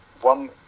one